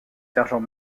sergent